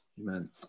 Amen